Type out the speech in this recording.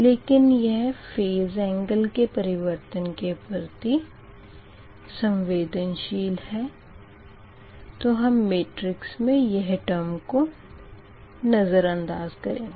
लेकिन यह phase angle के परिवर्तन के प्रति संवेदनशील है तो हम मेट्रिक्स में यह टर्मस को नज़रअंदाज़ करेंगे